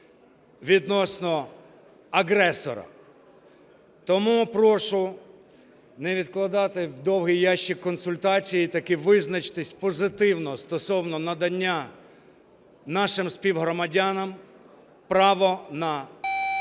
відносно агресора. Тому прошу не відкладати в довгий ящик консультації і таки визначитись позитивно стосовно надання нашим співгромадянам права на